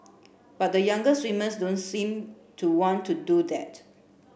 but the younger swimmers don't seem to want to do that